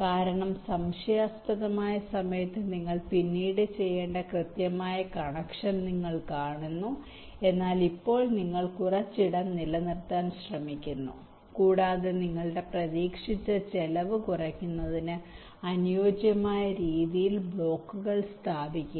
കാരണം സംശയാസ്പദമായ സമയത്ത് നിങ്ങൾ പിന്നീട് ചെയ്യേണ്ട കൃത്യമായ കണക്ഷൻ നിങ്ങൾ കാണുന്നു എന്നാൽ ഇപ്പോൾ നിങ്ങൾ കുറച്ച് ഇടം നിലനിർത്താൻ ശ്രമിക്കുന്നു കൂടാതെ നിങ്ങളുടെ പ്രതീക്ഷിച്ച ചെലവ് കുറയ്ക്കുന്നതിന് അനുയോജ്യമായ രീതിയിൽ ബ്ലോക്കുകൾ സ്ഥാപിക്കുക